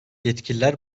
yetkililer